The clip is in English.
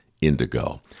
indigo